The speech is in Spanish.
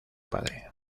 padre